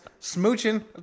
smooching